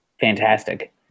fantastic